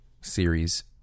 series